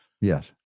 Yes